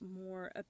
more